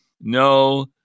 no